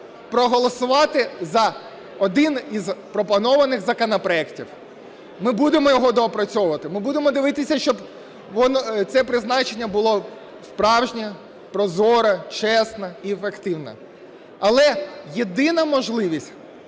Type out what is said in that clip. проголосувати за один із пропонованих законопроектів. Ми будемо його доопрацьовувати. Ми будемо дивитися, щоб це призначення було справжнє, прозоре, чесне і ефективне. Але єдина можливість